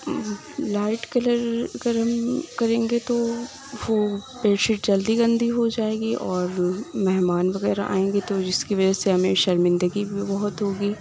light colour اگر ہم کریں گے تو وہ بڈ شیٹ جلدی گندی ہو جائے گی اور مہمان وغیرہ آئیں گے تو جس کی وجہ سے ہمیں شرمندگی بھی بہت ہوگی